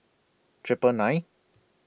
Triple nine